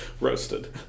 Roasted